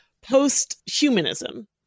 post-humanism